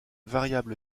variable